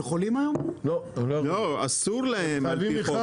אסור להם.